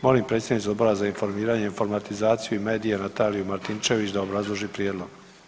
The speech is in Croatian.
Molim predsjednicu Odbora za informiranje, informatizaciju i medije Nataliju Martinčević da obrazloži prijedlog.